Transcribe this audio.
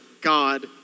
God